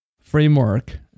framework